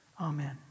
Amen